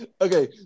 Okay